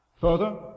Further